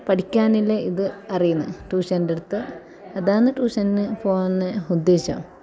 പഠിക്കാനുള്ള ഇത് അറിയുന്നത് ട്യൂഷൻ്റെ അടുത്ത് അതാണ് ട്യൂഷന് പോകുന്ന ഉദ്ദേശം